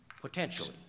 Potentially